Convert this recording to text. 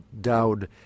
Dowd